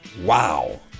Wow